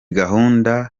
gahunda